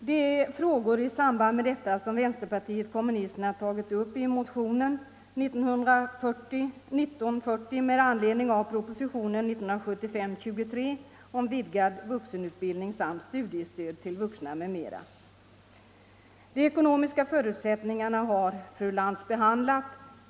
Det är frågor i samband med detta som vänsterpartiet kommunisterna tagit upp i motionen 1940 med anledning av propositionen 1975:23 om vidgad vuxenutbildning samt studiestöd till vuxna m.m. De ekonomiska förutsättningarna har fru Lantz behandlat.